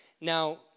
Now